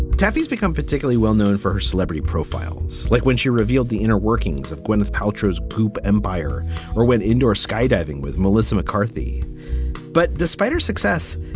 toughies become particularly well-known for celebrity profiles. like when she revealed the inner workings of gwyneth paltrow is poop empire or when indoor skydiving with melissa mccarthy but despite her success,